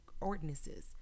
ordinances